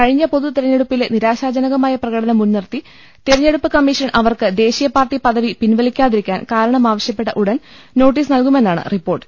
കഴിഞ്ഞ പൊതുതെരഞ്ഞെടുപ്പിലെ നിരാ ശാജനകമായ പ്രകടനം മുൻനിർത്തി തെരഞ്ഞെടുപ്പ് കമ്മീഷൻ അവർക്ക് ദേശീയപാർട്ടി പദവി പിൻവലിക്കാതിരിക്കാൻ കാരണ മാവശ്യപ്പെട്ട ഉടൻ നോട്ടീസ് നൽകുമെന്നാണ് റിപ്പോർട്ട്